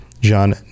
John